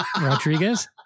Rodriguez